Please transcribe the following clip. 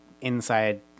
inside